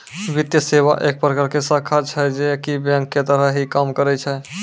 वित्तीये सेवा एक प्रकार के शाखा छै जे की बेंक के तरह ही काम करै छै